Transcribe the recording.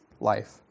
life